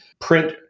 print